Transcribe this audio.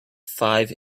five